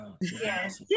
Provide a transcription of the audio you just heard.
Yes